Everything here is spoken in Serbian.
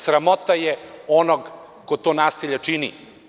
Sramota je onog ko to nasilje čini.